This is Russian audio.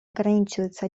ограничивается